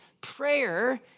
Prayer